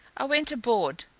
i went aboard.